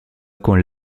con